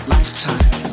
Lifetime